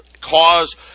cause